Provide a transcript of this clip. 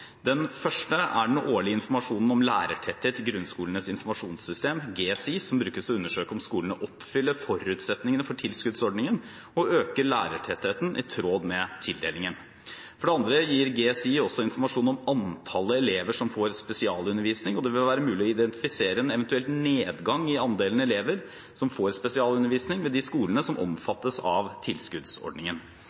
første er den årlige informasjonen om lærertetthet i Grunnskolens Informasjonssystem, GSI, som brukes til å undersøke om skolene oppfyller forutsetningene for tilskuddsordningen og øker lærertettheten i tråd med tildelingen. For det andre gir GSI også informasjon om antallet elever som får spesialundervisning, og det vil være mulig å identifisere en eventuell nedgang i andelen elever som får spesialundervisning ved de skolene som omfattes av tilskuddsordningen.